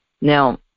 now